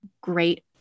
great